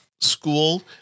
School